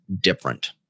different